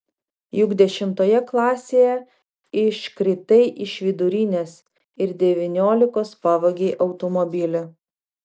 juk dešimtoje klasėje iškritai iš vidurinės ir devyniolikos pavogei automobilį